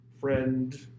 friend